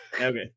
Okay